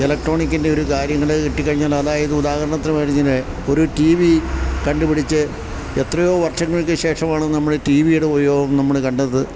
ഇലക്ട്രോണിക്സിൻ്റെ ഒരു കാര്യങ്ങള് കിട്ടിക്കഴിഞ്ഞാൽ അതായത് ഉദാഹരണത്തിനു പറഞ്ഞാല് ഒരു ടി വി കണ്ടുപിടിച്ച് എത്രയോ വർഷങ്ങൾക്കുശേഷമാണ് നമ്മള് ടി വിയുടെ ഉപയോഗം നമ്മള് കണ്ടത്